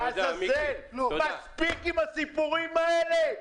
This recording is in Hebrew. מספיק עם הסיפורים האלה.